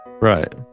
right